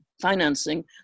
financing